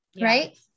right